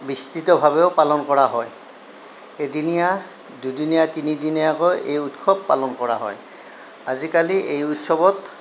বিস্তৃতভাৱেও পালন কৰা হয় এদিনীয়া দুদিনীয়া তিনিদীয়াকৈ এই উৎসৱ পালন কৰা হয় আজিকালি এই উৎসৱত